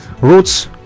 roots